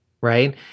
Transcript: right